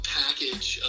package